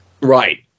Right